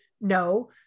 no